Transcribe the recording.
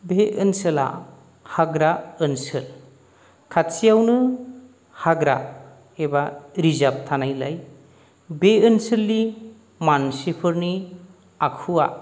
बे ओनसोला हाग्रा ओनसोल खाथियावनो हाग्रा एबा रिजार्भ थानायलाय बे ओनसोलनि मानसिफोरनि आखुआ